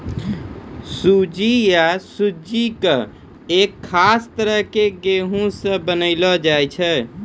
सूजी या सुज्जी कॅ एक खास तरह के गेहूँ स बनैलो जाय छै